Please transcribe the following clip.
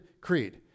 creed